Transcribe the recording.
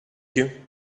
you